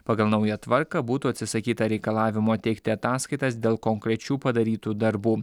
pagal naują tvarką būtų atsisakyta reikalavimo teikti ataskaitas dėl konkrečių padarytų darbų